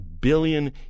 billion